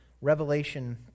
Revelation